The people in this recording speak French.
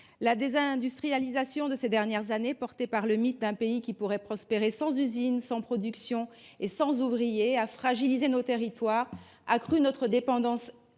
la désindustrialisation de ces dernières années, portée par le mythe d’un pays qui pourrait prospérer sans usine, sans production et sans ouvriers, a fragilisé nos territoires, accru notre dépendance